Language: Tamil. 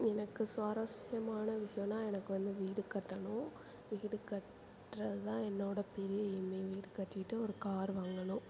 எனக்கு சுவாரசியமான விஷியன்னா எனக்கு வந்து வீடு கட்டணும் வீடு கட்டுறது தான் என்னோடய பெரிய எய்ம் வீடு கட்டிவிட்டு ஒரு கார் வாங்கணும்